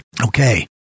Okay